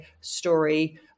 story